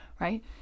right